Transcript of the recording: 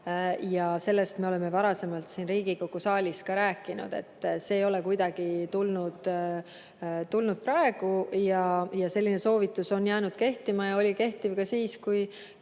Sellest me oleme varasemalt siin Riigikogu saalis ka rääkinud, et see ei ole tulnud kuidagi praegu. Selline soovitus on jäänud kehtima ja oli kehtiv ka siis, kui